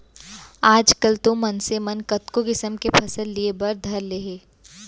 आजकाल तो मनसे मन कतको किसम के फसल लिये बर धर ले हें